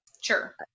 Sure